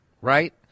right